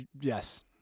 yes